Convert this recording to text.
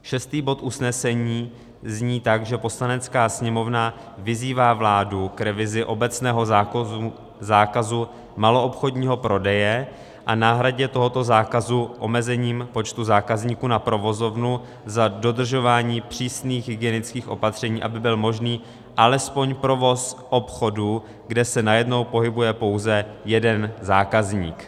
Šestý bod usnesení zní tak, že Poslanecká sněmovna vyzývá vládu k revizi obecného zákazu maloobchodního prodeje a náhradě tohoto zákazu omezením počtu zákazníků na provozovnu za dodržování přísných hygienických opatření, aby byl možný alespoň provoz obchodu, kde se najednou pohybuje pouze jeden zákazník.